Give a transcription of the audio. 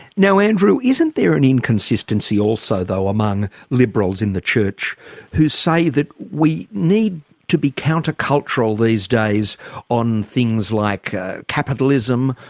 now andrew isn't there an inconsistency also though among liberals in the church who say that we need to be counter-cultural these days on things like capitalism,